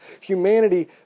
Humanity